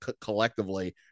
collectively